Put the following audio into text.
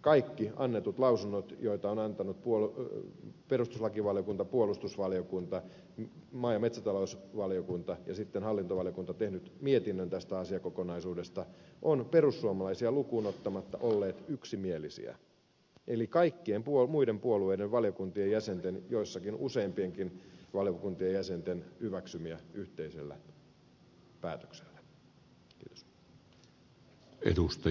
kaikki annetut lausunnot joita ovat antaneet perustuslakivaliokunta puolustusvaliokunta maa ja metsätalousvaliokunta hallintovaliokunta on tehnyt mietinnön asiakokonaisuudesta ovat olleet perussuomalaisia lukuun ottamatta yksimielisiä eli kaikkien muiden puolueiden valiokuntien jäsenten joissakin useampienkin valiokuntien jäsenten hyväksymiä yhteisellä päätöksellä